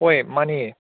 ꯍꯣꯏ ꯃꯥꯅꯤ